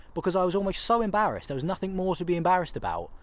because i was almost so embarrassed, there was nothing more to be embarrassed about.